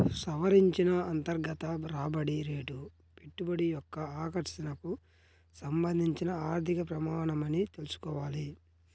సవరించిన అంతర్గత రాబడి రేటు పెట్టుబడి యొక్క ఆకర్షణకు సంబంధించిన ఆర్థిక ప్రమాణమని తెల్సుకోవాలి